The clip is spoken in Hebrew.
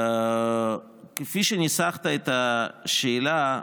כפי שניסחת את השאלה,